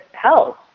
health